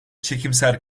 çekimser